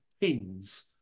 pins